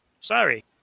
Sorry